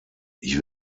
ich